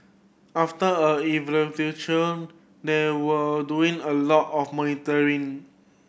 after a they were doing a lot of monitoring